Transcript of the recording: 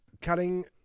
cutting